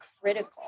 critical